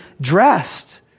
dressed